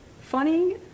funny